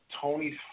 Tony's